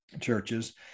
churches